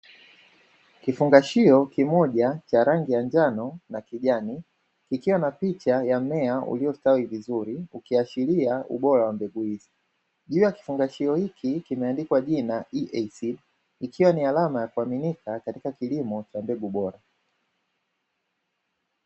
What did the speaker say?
Kifungashio kimoja cha rangi ya njano na kijani, kikiwa na picha ya mmea uliostawi vizuri ukiashiria ubora wa mbegu hizi. Juu ya kifungashio hiki kimeandikwa jina "ea seed" ikiwa ni alama ya kuaminika katika kilimo cha mbegu bora.